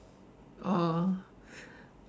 oh